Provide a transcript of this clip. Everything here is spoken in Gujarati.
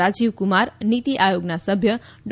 રાજીવ કુમાર નીતી આયોગના સભ્ય ડો